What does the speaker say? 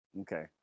Okay